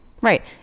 Right